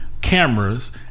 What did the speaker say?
cameras